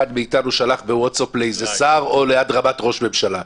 מאיתנו שלח בווצאפ לאיזה שר או לראש הממשלה.